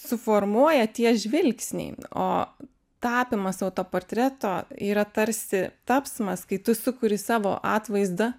suformuoja tie žvilgsniai o tapymas autoportreto yra tarsi tapsmas kai tu sukuri savo atvaizdą